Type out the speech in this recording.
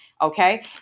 Okay